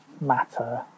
Matter